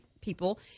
people